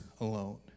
alone